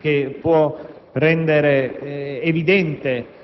che può rendere evidente